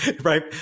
right